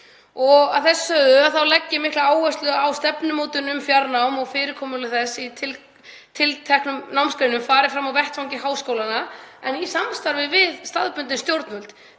Að þessu sögðu þá legg ég mikla áherslu á að stefnumótun um fjarnám og fyrirkomulag þess í tilteknum námsgreinum fari fram á vettvangi háskólanna en í samstarfi við staðbundin stjórnvöld,